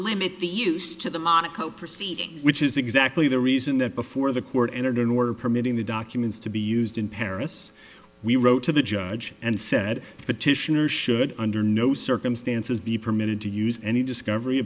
limit the use to the monaco proceedings which is exactly the reason that before the court entered an order permitting the documents to be used in paris we wrote to the judge and said petitioner should under no circumstances be permitted to use any discovery